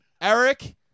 Eric